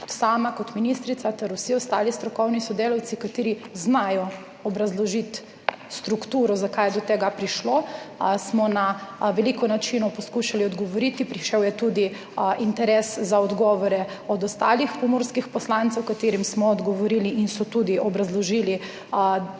sama kot ministrica ter vsi ostali strokovni sodelavci, ki znajo obrazložiti strukturo, zakaj je do tega prišlo, na veliko načinov poskušali odgovoriti na to. Prišel je tudi interes za odgovore od ostalih pomurskih poslancev, ki smo jim odgovorili in tudi obrazložili